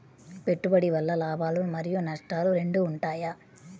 పెట్టుబడి వల్ల లాభాలు మరియు నష్టాలు రెండు ఉంటాయా?